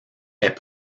est